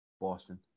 Boston